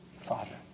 FATHER